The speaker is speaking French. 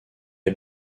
est